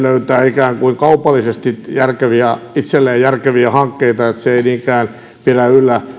ikään kuin kaupallisesti itselleen järkeviä hankkeita se ei niinkään pidä